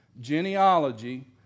genealogy